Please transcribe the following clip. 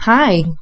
Hi